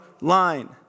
line